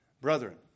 Brethren